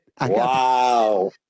wow